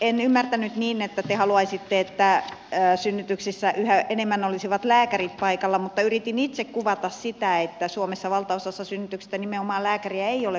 en ymmärtänyt niin että te haluaisitte että synnytyksissä yhä enemmän olisivat lääkärit paikalla mutta yritin itse kuvata sitä että suomessa valtaosassa synnytyksistä nimenomaan lääkäriä ei ole paikalla